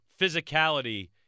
physicality